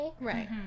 Right